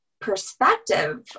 perspective